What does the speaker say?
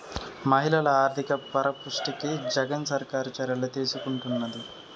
మహిళల ఆర్థిక పరిపుష్టికి జగన్ సర్కారు చర్యలు తీసుకుంటున్నది